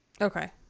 Okay